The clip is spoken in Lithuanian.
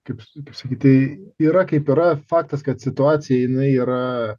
kaip kaip sakyt tai yra kaip yra faktas kad situacija jinai yra